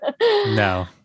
No